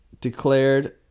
Declared